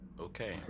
Okay